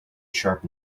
sharp